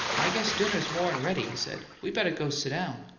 i guess dinner's more'n ready, he said. we better go sit down.